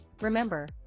Remember